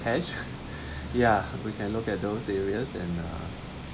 cash ya we can look at those areas and uh